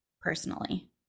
personally